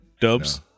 Dubs